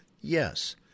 Yes